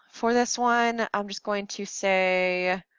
for this one i'm just going to say,